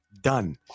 done